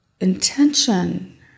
intention